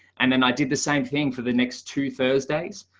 and then i did the same thing for the next two thursdays.